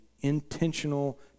intentional